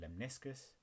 lemniscus